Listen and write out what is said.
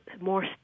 more